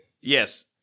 Yes